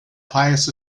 pious